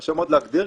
קשה מאוד להגדיר.